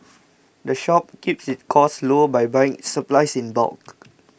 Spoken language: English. the shop keeps its costs low by buying supplies in bulk